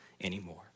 anymore